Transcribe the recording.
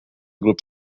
group